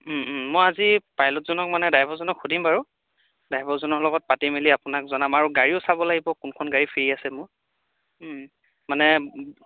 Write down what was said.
মই আজি পাইলটজনক মানে ড্ৰাইভাৰজনক সুধিম বাৰু ড্ৰাইভাৰজনৰ লগত পাতি মেলি আপোনাক জনাম আৰু গাড়ীও চাব লাগিব কোনখন গাড়ী ফ্ৰী আছে মোৰ মানে